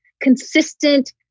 consistent